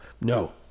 No